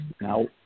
Now